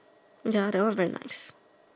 ya that one very good